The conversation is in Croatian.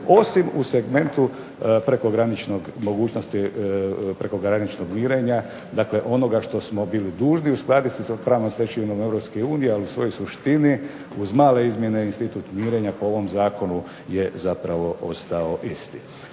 osim u segmentu mogućnosti prekograničnog mirenja, dakle, ono što smo se bili dužni uskladiti sa pravnom stečevinom Europske unije ali u suštini uz male izmjene institut mirenja po ovom Zakonu je ostao isti.